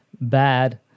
bad